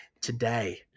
today